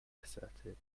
asserted